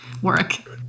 work